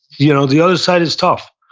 you know the other side is tough,